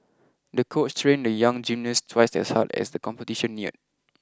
the coach trained the young gymnast twice as hard as the competition neared